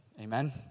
Amen